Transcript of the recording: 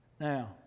Now